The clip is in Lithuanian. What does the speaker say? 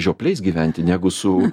žiopliais gyventi negu su